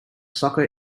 soccer